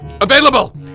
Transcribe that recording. Available